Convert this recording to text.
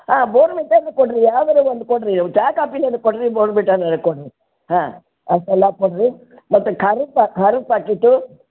ಹಾಂ ಬೋರ್ನ್ವಿಟಾನೂ ಕೊಡಿರಿ ಯಾವ್ದಾದ್ರು ಒಂದು ಕೊಡಿರಿ ಒಂದು ಚಾ ಕಾಪಿನಾರೂ ಕೊಡಿರಿ ಬೋರ್ನ್ವಿಟಾನಾರೂ ಕೊಡಿರಿ ಹಾಂ ಅಷ್ಟೆಲ್ಲ ಕೊಡಿರಿ ಮತ್ತು ಖಾರದ ಪಾ ಖಾರದ ಪಾಕೀಟು